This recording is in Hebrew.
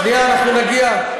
שנייה, אנחנו נגיע.